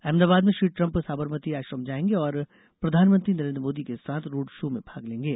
अहमदाबाद में श्री ट्रम्प साबरमती आश्रम जाएंगे और प्रधानमंत्री नरेन्द्र मोदी के साथ रोड शो में भाग लेंगे